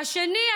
השני,